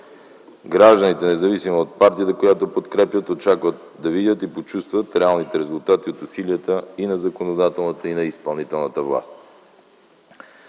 Гражданите, независимо от партията, която подкрепят, очакват да видят и почувстват реалните резултати от усилията и на законодателната, и на изпълнителната власт.